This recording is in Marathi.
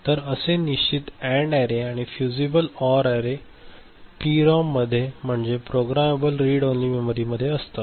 तर असे निश्चित अँड अॅरे आणि फ्यूसिबल ऑर अॅरे प्रोम मध्ये म्हणजे प्रोग्रामेबल रीड ओन्ली मेमरी मध्ये असतात